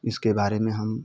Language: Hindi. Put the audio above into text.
इसके बारे में हम